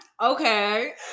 Okay